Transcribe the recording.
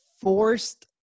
forced